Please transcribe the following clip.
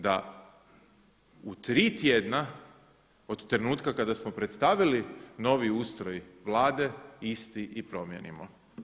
Da u 3 tjedna od trenutka kada smo predstavili novi ustroj Vlade isti i promijenimo.